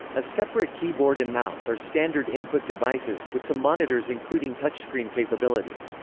a separate keyboard and mouse are standard input devices, with some monitors including touchscreen capability.